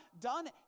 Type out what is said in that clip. done